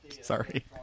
Sorry